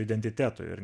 identiteto ir